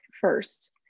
first